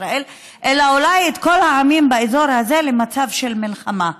ישראל אלא אולי את כל העמים באזור הזה למצב של מלחמה.